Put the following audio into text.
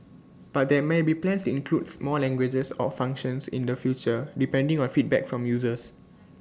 but there may be plans to includes more languages or functions in the future depending on feedback from users